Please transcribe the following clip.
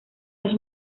los